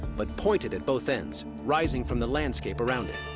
but pointed at both ends, rising from the landscape around it.